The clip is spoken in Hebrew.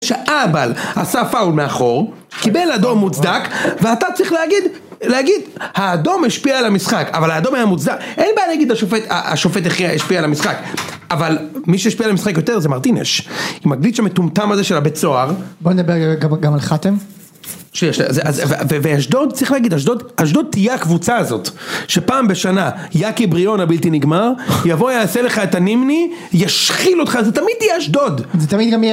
שאהבל עשה פאול מאחור קיבל אדום מוצדק ואתה צריך להגיד האדום השפיע על המשחק אבל האדום היה מוצדק אין בעיה להגיד השופט השופט השפיע על המשחק אבל מי שהשפיע על המשחק יותר זה מרטינש עם הגליץ' המטומטם הזה של הבית סוהר בוא נדבר גם על חתם ואשדוד צריך להגיד אשדוד תהיה הקבוצה הזאת שפעם בשנה יאקי בריון הבלתי נגמר יבוא יעשה לך את הנמני ישחיל אותך זה תמיד תהיה אשדוד